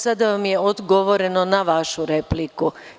Sada vam je odgovoreno na vašu repliku.